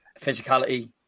physicality